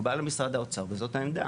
מקובל על משרד האוצר וזו העמדה.